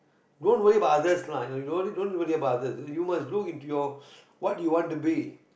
don't worry about others lah you don't don't need to worry about others you must look into your what you want to be